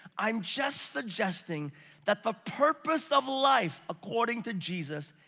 i'm just suggesting that the purpose of life, according to jesus,